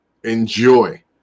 Enjoy